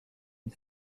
une